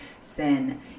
sin